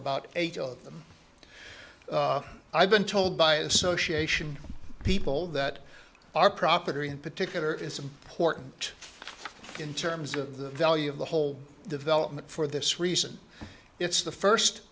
about eight of them i've been told by association people that our property in particular is important in terms of the value of the whole development for this reason it's the first